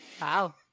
Wow